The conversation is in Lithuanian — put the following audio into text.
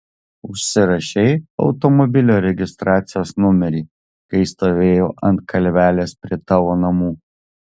užsirašei automobilio registracijos numerį kai stovėjau ant kalvelės prie tavo namų